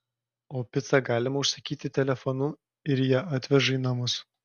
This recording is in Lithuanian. o picą galima užsakyti telefonu ir ją atveža į namus